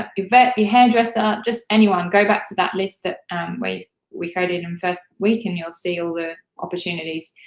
ah vet, your hairdresser, just anyone. go back to that list that we we coded in first week, and you'll see all the opportunities,